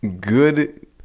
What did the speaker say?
good